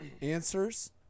answers